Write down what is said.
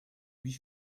huit